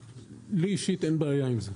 לי אישית אין בעיה עם זה.